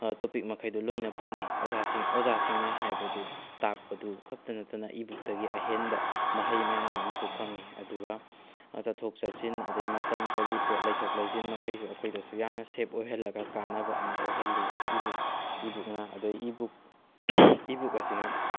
topic ꯃꯈꯩꯗꯣ ꯂꯣꯏꯅ ꯐꯪꯉꯤ ꯑꯣꯖꯥꯁꯤꯡ ꯑꯣꯖꯥꯁꯤꯡꯅ ꯍꯥꯏꯕꯗꯨ ꯇꯥꯛꯄꯗꯨ ꯈꯛꯇ ꯅꯠꯇꯅ ꯏ ꯕꯨꯛꯇꯒꯤ ꯑꯍꯦꯟꯕ ꯃꯍꯩ ꯃꯌꯥꯝ ꯑꯃꯁꯨ ꯐꯪꯉꯤ ꯑꯗꯨꯒ ꯆꯠꯊꯣꯛ ꯆꯠꯁꯤꯟ ꯑꯗꯩ ꯃꯇꯝ ꯀꯔꯤ ꯄꯣꯠ ꯂꯩꯊꯣꯛ ꯂꯩꯁꯤꯟ ꯃꯈꯩꯁꯨ ꯑꯩꯈꯣꯏꯗꯁꯨ ꯌꯥꯝꯅ ꯁꯦꯕ ꯑꯣꯏꯍꯜꯂꯒ ꯀꯥꯅꯕ ꯑꯃ ꯑꯣꯏꯍꯜꯂꯤ ꯏ ꯕꯨꯛ ꯏ ꯕꯨꯛꯅ ꯑꯗꯩ ꯏ ꯕꯨꯛ ꯏ ꯕꯨꯛ ꯑꯁꯤꯅ